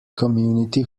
community